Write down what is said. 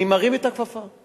אני מרים את הכפפה.